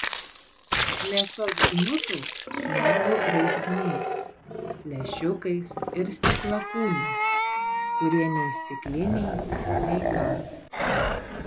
mėsos gniutulas su nervų raizginiais lęšiukais ir stiklakūniais kurie nei stikliniai nei ką